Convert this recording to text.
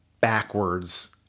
backwards